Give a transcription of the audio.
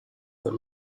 that